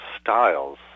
styles